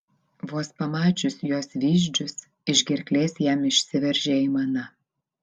vos pamačius jos vyzdžius iš gerklės jam išsiveržė aimana